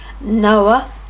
Noah